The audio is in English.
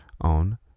on